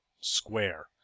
square